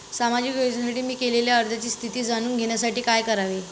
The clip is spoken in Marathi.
सामाजिक योजनेसाठी मी केलेल्या अर्जाची स्थिती जाणून घेण्यासाठी काय करावे?